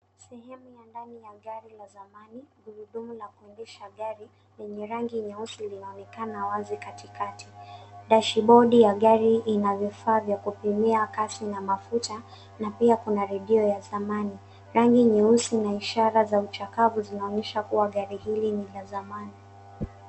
Sehemu ya ndani ya gari la zamani. Gurudumu la kuendesha gari lenye rangi nyeusi linaonekana wazi katikati. Dashibodi ya gari ina vifaa vya kupimia kasi na mafuta na pia kuna redio ya zamani. Rangi nyeusi na ishara za uchakavu inaonyesha kuwa gari hili ni la zamani.